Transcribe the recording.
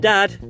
Dad